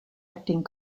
acting